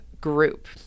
Group